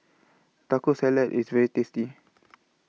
Taco Salad IS very tasty